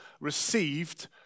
received